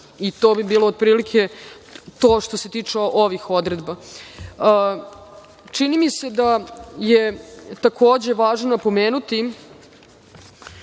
I to bi bilo otprilike to što se tiče ovih odredaba. Čini mi se da je, takođe, važno pomenuti